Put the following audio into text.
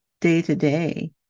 day-to-day